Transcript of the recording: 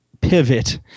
Pivot